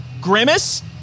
Grimace